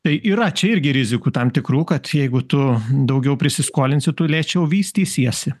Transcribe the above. tai yra čia irgi rizikų tam tikrų kad jeigu tu daugiau prisiskolinsi tų lėčiau vystysiesi